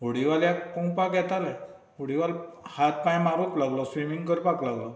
व्हडिवाल्याक पोंवपाक येतालें व्होडिवालो हात पांय मारूंक लागलो स्विमींग करपाक लागलो